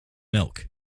milk